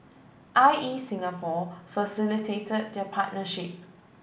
I E Singapore facilitated their partnership